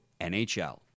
NHL